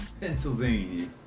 Pennsylvania